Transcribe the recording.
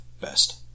best